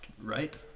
right